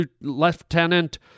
Lieutenant